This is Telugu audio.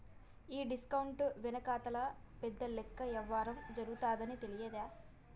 ఈ డిస్కౌంట్ వెనకాతల పెద్ద లెక్కల యవ్వారం జరగతాదని తెలియలా